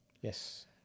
Yes